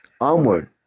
onward